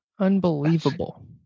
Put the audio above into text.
Unbelievable